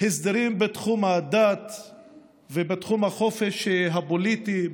הסדרים בתחום הדת ובתחום החופש הפוליטי,